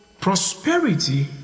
prosperity